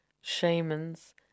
shamans